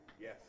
Yes